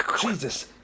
Jesus